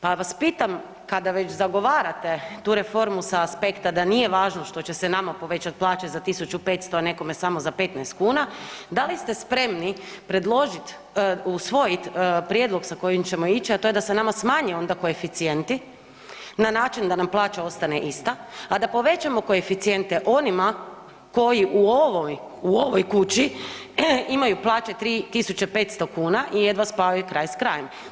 Pa vas pitam kada već zagovarate tu reformu sa aspekta da nije važno što će se nama povećat plaće za 1.500, a nekome samo za 15 kuna, da li ste spremni predložit, usvojit prijedlog sa kojim ćemo ići, a to je da se nama smanje onda koeficijenti na način da nam plaća ostane ista, a da povećamo koeficijente onima koji u ovoj, u ovoj kući imaju plaće 3.500 kuna i jedva spajaju kraj s krajem?